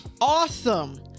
awesome